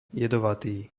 jedovatý